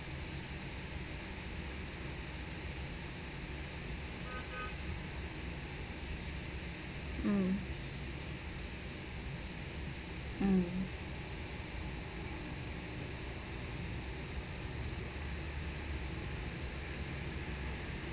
mm mm